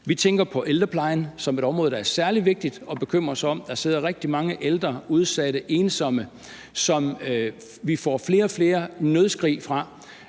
Vi tænker på ældreplejen som et område, der er særlig vigtigt at bekymre sig om. Der sidder rigtig mange ældre, udsatte og ensomme, som vi får flere og flere nødskrig fra;